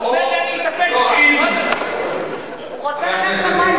או שב במקומך, או, אני אטפל בך.